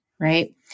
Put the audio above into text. right